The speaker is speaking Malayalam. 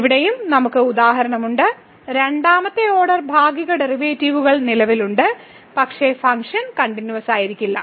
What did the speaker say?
ഇവിടെയും നമുക്ക് ഉദാഹരണമുണ്ട് രണ്ടാമത്തെ ഓർഡർ ഭാഗിക ഡെറിവേറ്റീവുകൾ നിലവിലുണ്ട് പക്ഷേ ഫംഗ്ഷൻ കണ്ടിന്യൂവസ്സായിരിക്കില്ല